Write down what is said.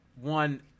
one –